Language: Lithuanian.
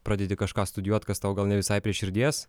pradedi kažką studijuot kas tau gal ne visai prie širdies